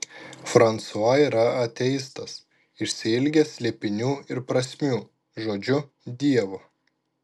fransua yra ateistas išsiilgęs slėpinių ir prasmių žodžiu dievo